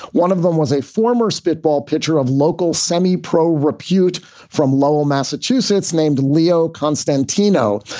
one of them was a former spitball pitcher of local semi-pro repute from lowell, massachusetts, named leo constantino.